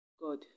God